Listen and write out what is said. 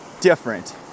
different